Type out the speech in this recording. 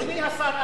אדוני השר,